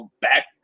back